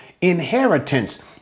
inheritance